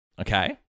okay